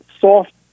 soft